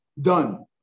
done